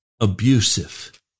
abusive